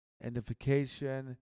identification